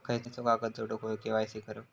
खयचो कागद जोडुक होयो के.वाय.सी करूक?